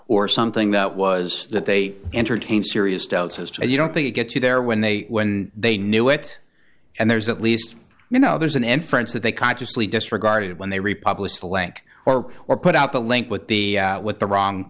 or something that was that they entertain serious doubts as to you don't they get you there when they when they knew it and there's at least you know there's an inference that they consciously disregarded when they republished the lank or or put out the link with the with the wrong